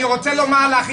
אני רוצה לומר לך,